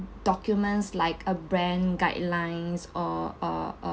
documents like a brand guidelines or uh